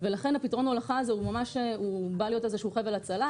ולכן פתרון ההולכה הזה הוא ממש בא להיות איזשהו חבל הצלה,